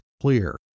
clear